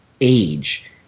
age